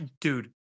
Dude